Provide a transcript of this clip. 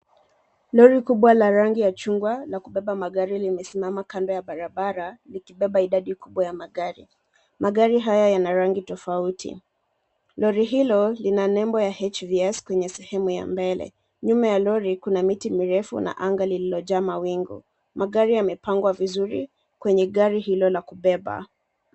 Lori kubwa ya rangi ya chungwa la kubeba magari limesimama kando ya barabara likibeba idadi kubwa ya magari .Magari haya yana rangi tofauti. Lori hilo lina lebo ya , HVS kwenye sehemu ya mbele. Nyuma ya lori Kuna miti mirefu na anga lililojaa mawingu. Magari yamepangwa vizuri kwenye gari hilo la kubeba.